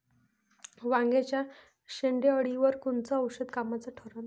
वांग्याच्या शेंडेअळीवर कोनचं औषध कामाचं ठरन?